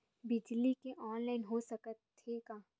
बिजली के ऑनलाइन हो सकथे का?